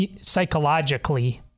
psychologically